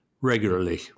regularly